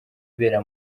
ibera